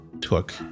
took